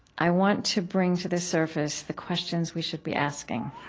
i want to bring to the surface the questions we should be asking.